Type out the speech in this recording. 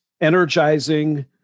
energizing